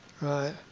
right